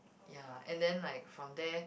ya and then like from there